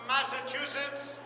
Massachusetts